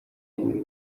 abura